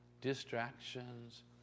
distractions